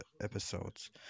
episodes